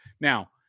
Now